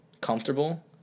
comfortable